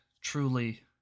truly